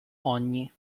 ogni